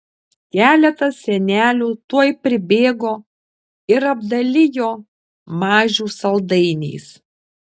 keletas senelių tuoj pribėgo ir apdalijo mažių saldainiais